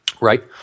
right